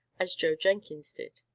as joe jenkins did.